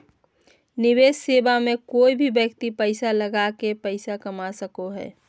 निवेश सेवा मे कोय भी व्यक्ति पैसा लगा के पैसा कमा सको हय